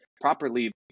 properly